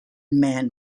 man